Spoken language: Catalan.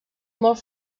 molt